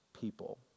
people